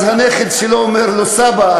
אז הנכד שלו אומר לו: סבא,